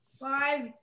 Five